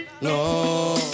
No